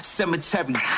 cemetery